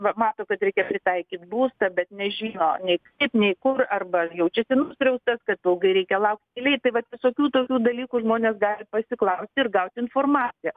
va mato kad reikia pritaikyt būstą bet nežino nei kaip nei kur arba jaučiasi nuskriaustas kad ilgai reikia laukt eilėj tai vat visokių tokių dalykų žmonės gali pasiklausti ir gauti informaciją